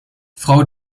frau